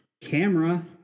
camera